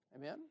amen